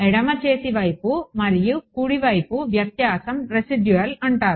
ఎడమ చేతి వైపు మరియు కుడి వైపు వ్యత్యాసం రెసిడ్యూల్ అంటారు